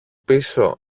πίσω